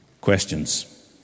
questions